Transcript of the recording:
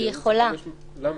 למה?